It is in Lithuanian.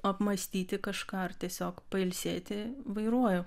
apmąstyti kažką ar tiesiog pailsėti vairuoju